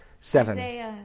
seven